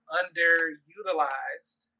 underutilized